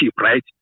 right